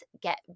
get